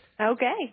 Okay